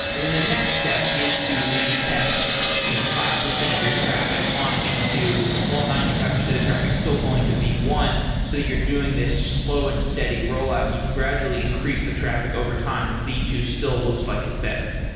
and then the next step is to maybe test you know five percent of your traffic on v two, while ninety five percent of the traffic is still going to v one so that you're doing this slow and steady rollout, and you can gradually increase the traffic overtime if v two still looks like it's better.